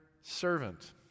servant